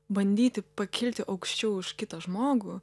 bandyti pakilti aukščiau už kitą žmogų